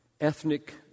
ethnic